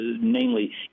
namely